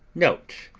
note,